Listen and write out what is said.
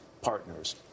partners